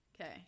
Okay